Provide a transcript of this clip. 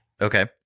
Okay